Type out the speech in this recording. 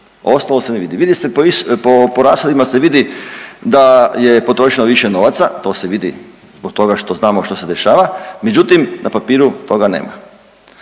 ostalo se ne vidi, vidi se, po rashodima se vidi da je potrošeno više novaca, to se vidi zbog toga što znamo što se dešava, međutim na papiru toga nema.